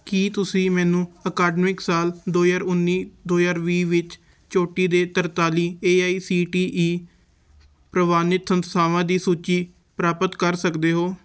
ਕੀ ਤੁਸੀਂ ਮੈਨੂੰ ਅਕਾਦਮਿਕ ਸਾਲ ਦੋ ਹਜ਼ਾਰ ਉੱਨੀ ਦੋ ਹਜ਼ਾਰ ਵੀਹ ਵਿੱਚ ਚੋਟੀ ਦੇ ਤਰਤਾਲੀ A I C T E ਪ੍ਰਵਾਨਿਤ ਸੰਸਥਾਵਾਂ ਦੀ ਸੂਚੀ ਪ੍ਰਾਪਤ ਕਰ ਸਕਦੇ ਹੋ